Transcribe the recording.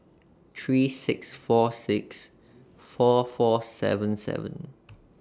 three six four six four four seven seven